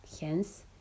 Hence